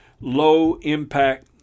low-impact